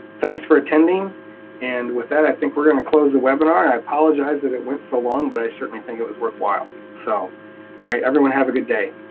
thanks for attending and with that i think we're going to close the webinar. i apologize that it went so long but i certainly think it was worthwhile. so alright everyone, have a good day.